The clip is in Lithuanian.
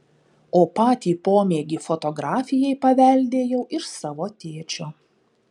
o patį pomėgį fotografijai paveldėjau iš savo tėčio